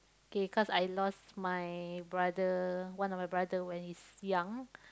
K cause I lost my brother one of my brother when he's young